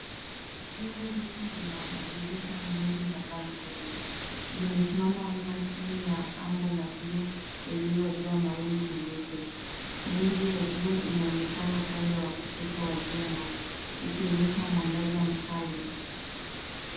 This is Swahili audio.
Jumba refu lina madirisha mengi na balcony , limesimama wima chingi ya anga la bluu lililo jaa mawingu meupe, miuzi ya jua inaonekana upande wa kushoto wa jengo ikionyesha mwangaza mkali.